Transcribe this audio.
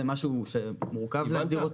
אנחנו לא מהווים שום רווח לבנק.